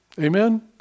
Amen